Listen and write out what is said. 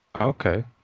Okay